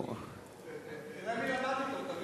תראה מי למד אתו.